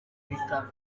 bitaro